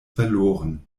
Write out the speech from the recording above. verloren